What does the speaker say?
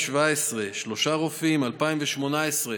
ב-2017, שלושה רופאים, 2018,